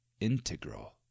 Integral